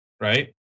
right